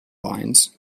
lines